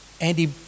Andy